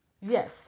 Yes